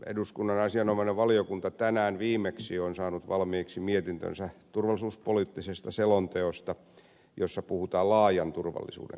eduskunnan asianomainen valiokunta tänään viimeksi on saanut valmiiksi mietintönsä turvallisuuspoliittisesta selonteosta jossa puhutaan laajan turvallisuuden käsitteestä